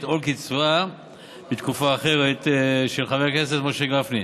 או לקצבה מקופה אחרת) של חבר הכנסת משה גפני.